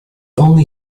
only